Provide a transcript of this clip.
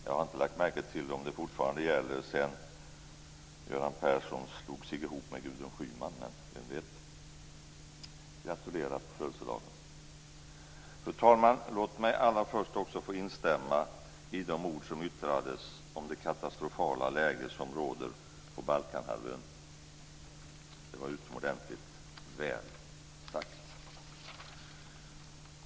Jag har inte lagt märke till om detta fortfarande gäller sedan Göran Persson slog sig ihop med Gudrun Schyman. Men, vem vet? Fru talman! Låt mig allra först få instämma i de ord som yttrades om det katastrofala läge som råder på Balkanhalvön. Det var utomordentligt väl sagt.